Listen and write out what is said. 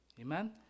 Amen